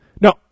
No